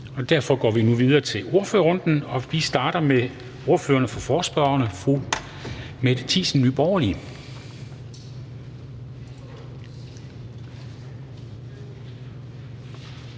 derfor går vi nu videre til ordførerrunden. Vi starter med ordføreren for forespørgerne, fru Mette Thiesen, Nye Borgerlige.